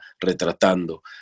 retratando